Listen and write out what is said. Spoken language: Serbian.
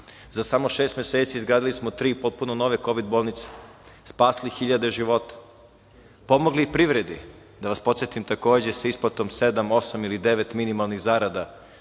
Za samo šest meseci izgradili smo tri potpuno nove kovid bolnice, spasili hiljade života, pomogli privredi da vas podsetim takođe sa isplatom sedam, osam ili devet minimalnih zarada,